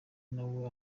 nawe